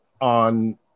on